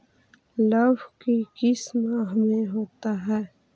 लव की किस माह में होता है?